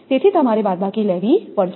તેથી તમારે બાદબાકી લેવી પડશે